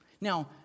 Now